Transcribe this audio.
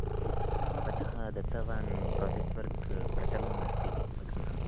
भवतः दत्तवान् project work प्रचलन् अस्ति अधुना